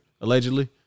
allegedly